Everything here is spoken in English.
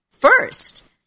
first